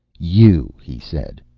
you! he said.